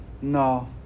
No